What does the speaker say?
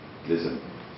listen